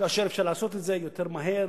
כאשר אפשר לעשות את זה יותר מהר,